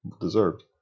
deserved